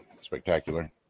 Spectacular